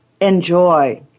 enjoy